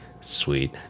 sweet